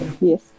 Yes